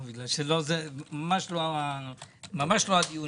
זה ממש לא הדיון.